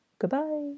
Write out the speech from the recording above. Goodbye